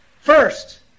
first